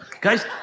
Guys